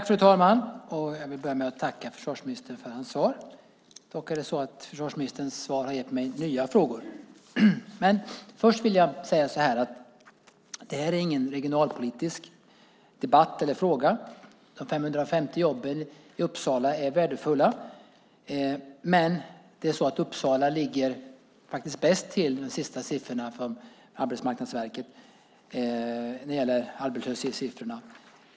Fru talman! Jag vill tacka försvarsministern för hans svar. Dock har försvarsministerns svar gett mig nya frågor. Men först vill jag säga att det här inte är någon regionalpolitisk debatt eller fråga. De 550 jobben i Uppsala är värdefulla, men Uppsala ligger faktiskt bäst till enligt de senaste siffrorna från Arbetsmarknadsverket när det gäller arbetslöshet.